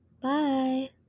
Bye